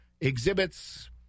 exhibits